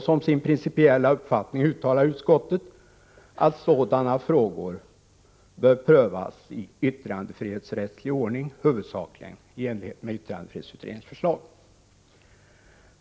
Som sin principiella uppfattning uttalar utskottet att sådana frågor bör prövas i yttrandefrihetsrättslig ordning, huvudsakligen i enlighet med yttrandefrihetsutredningens förslag.